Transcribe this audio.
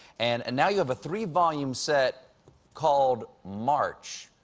and and now you have a three-volume set called march,